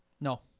No